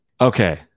Okay